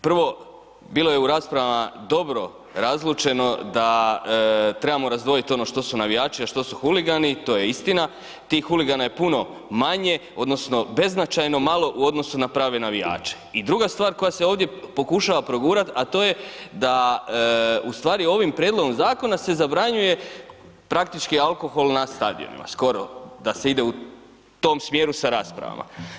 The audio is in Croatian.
Prvo, bilo je u raspravama dobro razlučeno da trebamo razdvojit ono što su navijači, a što su huligani, to je istina, tih huligana je puno manje odnosno beznačajno malo u odnosu na prave navijače i druga stvar koja se ovdje pokušava progurat, a to je da u stvari ovim prijedlogom zakona se zabranjuje praktički alkohol na stadionima, skoro da se ide u tom smjeru sa raspravama.